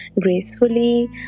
gracefully